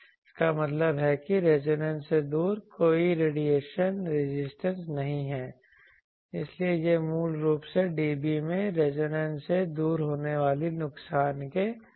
इसका मतलब है कि रेजोनेंस से दूर कोई रेडिएशन रेजिस्टेंस नहीं है इसलिए यह मूल रूप से dB में रेजोनेंस से दूर होने वाले नुकसान के कारण है